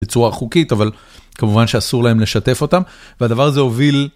בצורה חוקית אבל כמובן שאסור להם לשתף אותם, והדבר הזה הוביל.